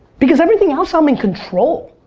because everything else i'm in control.